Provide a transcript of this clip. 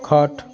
ଖଟ